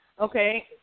Okay